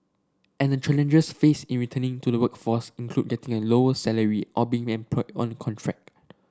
and the challenges faced in returning to the workforce include getting a lower salary or on contract